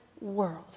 world